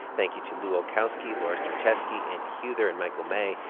thank you to lu olkowski, laura starecheski, andy huether and michael may.